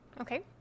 Okay